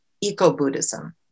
eco-Buddhism